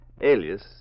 alias